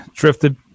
drifted